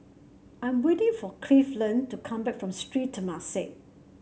I'm waiting for Cleveland to come back from Sri Temasek